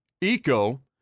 Eco